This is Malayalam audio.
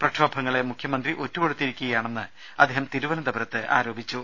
പ്രക്ഷോപങ്ങളെ മുഖ്യമന്ത്രി ഒറ്റുകൊടുത്തിരിക്കുകയാണെന്ന് അദ്ദേഹം തിരുവനന്തപുരത്ത് ആരോപിച്ചു